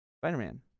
Spider-Man